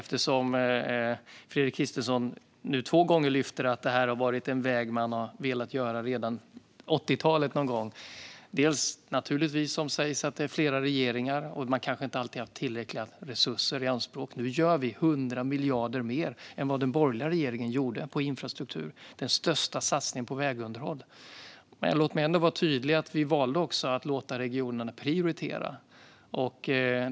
Fredrik Christensson har två gånger lyft upp att detta är en väg som man velat åtgärda ända sedan 80-talet. Naturligtvis har det varit flera regeringar sedan dess, men det har kanske inte alltid funnits tillräckliga resurser. Nu ger vi 100 miljarder mer än vad den borgerliga regeringen gjorde till infrastruktur. Det är den största satsningen på vägunderhåll. Låt mig ändå vara tydlig med att vi valde att låta regionerna prioritera.